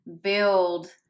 build